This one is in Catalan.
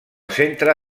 centre